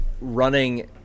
running